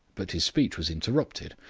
but his speech was interrupted.